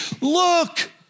look